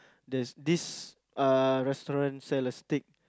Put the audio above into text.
there's this uh restaurant sell a steak